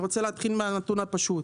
אני רוצה להתחיל מהנתון הפשוט.